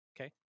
okay